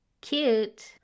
Cute